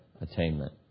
attainment